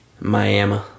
Miami